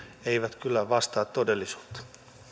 eivät kyllä vastaa todellisuutta